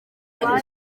icyo